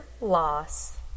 Loss